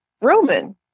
Roman